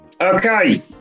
Okay